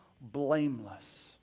blameless